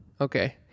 okay